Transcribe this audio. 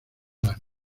las